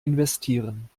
investieren